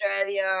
Australia